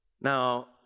Now